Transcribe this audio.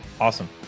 Awesome